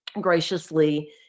graciously